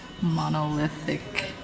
monolithic